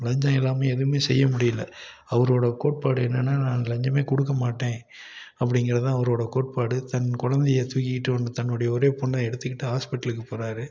லஞ்சம் இல்லாமல் எதுவுமே செய்ய முடியலை அவரோடய கோட்பாடு என்னென்னால் நான் லஞ்சமே கொடுக்க மாட்டேன் அப்படிங்கிறது தான் அவரோடய கோட்பாடு தன் கொழந்தைய தூக்கிக்கிட்டு வந்து தன்னுடைய ஒரே பொண்ணை எடுத்துக்கிட்டு ஹாஸ்பிட்டலுக்கு போகிறாரு